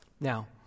Now